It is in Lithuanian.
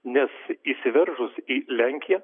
nes įsiveržus į lenkiją